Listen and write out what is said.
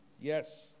Yes